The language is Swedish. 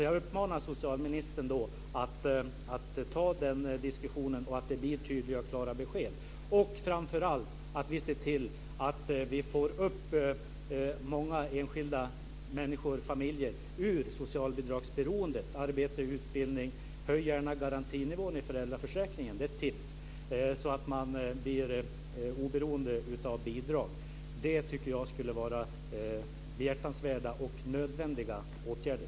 Jag uppmanar socialministern att ta den diskussionen och se till att det blir tydliga och klara besked. Vi ska framför allt se till att få upp många enskilda människor och familjer ur socialbidragsberoendet, genom arbete och utbildning, gärna med höjd garantinivå i föräldraförsäkring - det är ett tips - så att man blir oberoende av bidrag. Jag tycker att det skulle vara behjärtansvärda och nödvändiga åtgärder.